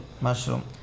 mushroom